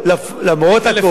לפנים משורת הדין.